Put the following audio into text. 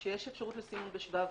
כשיש אפשרות לשים את השבב,